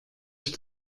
ich